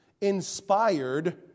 inspired